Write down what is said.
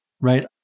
Right